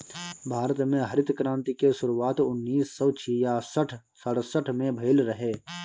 भारत में हरित क्रांति के शुरुआत उन्नीस सौ छियासठ सड़सठ में भइल रहे